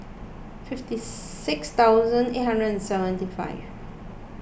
fifty six thousand eight hundred seventy five